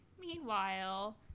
Meanwhile